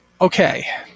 okay